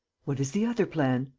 what is the other plan?